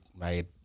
made